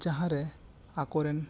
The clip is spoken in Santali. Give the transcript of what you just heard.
ᱡᱟᱦᱟᱸ ᱨᱮ ᱟᱠᱚ ᱨᱮᱱ